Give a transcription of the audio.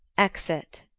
exit